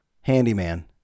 handyman